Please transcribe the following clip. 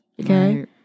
okay